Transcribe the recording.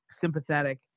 sympathetic